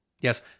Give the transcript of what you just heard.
Yes